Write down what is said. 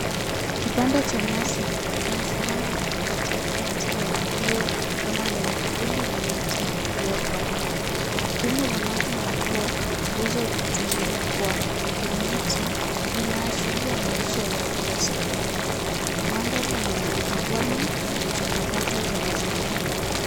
Kipande cha nyasi kimesimama katikati ya eneo kama lenye vumbi na miti iliyokauka. Dumbwi la maji lina nguo zilizotundikwa kwenye mti vinaashiria maisha ya kila siku. Mandhari ni ya jangwani yenye changamoto za mazingira.